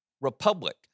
republic